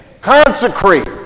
Consecrate